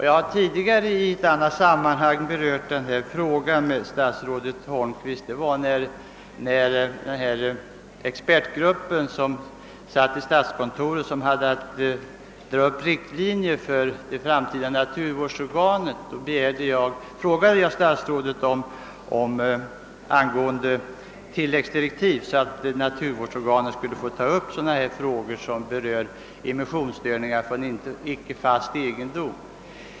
Jag har tidigare i ett annat sammanhang diskuterat denna fråga med stats rådet Holmqvist, nämligen när en expertgrupp i statskontoret skulle dra upp riktlinjer för det framtida naturvårdsorganet. Då frågade jag statsrådet, om tilläggsdirektiv kunde utfärdas så att naturvårdsorganet fick ta upp frågor som berör immissionsstörningar från icke fast egendom.